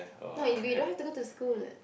not if we don't have to go to school